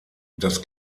das